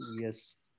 Yes